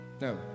no